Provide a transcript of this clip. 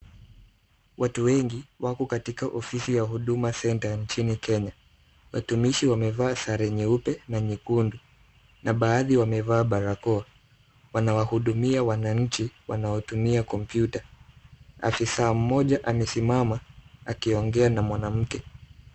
Watu wengi wako katika ofisi ya huduma center nchini Kenya. Watumishi wamevaa sare nyeupe na nyekundu na baadhi wamevaa barakoa. Wanawahudumia wananchi wanaotumia kompyuta. Afisaa mmoja amesimama akiongea na mwanamke.